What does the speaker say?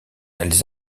les